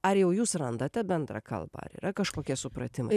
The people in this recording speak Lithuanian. ar jau jūs randate bendrą kalbą ar yra kažkokie supratimai